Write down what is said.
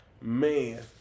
Man